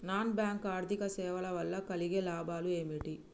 Non bank ఆర్థిక సేవల వల్ల కలిగే లాభాలు ఏమిటి?